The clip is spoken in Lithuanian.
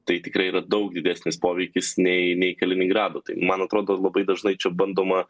tai tikrai yra daug didesnis poveikis nei nei kaliningrado tai man atrodo labai dažnai čia bandoma